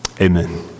Amen